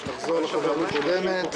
החוברת הקודמת,